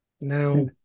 Now